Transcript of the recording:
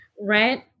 Rent